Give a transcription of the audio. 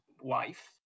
wife